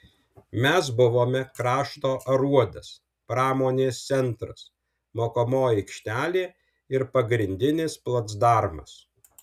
mes buvome krašto aruodas pramonės centras mokomoji aikštelė ir pagrindinis placdarmas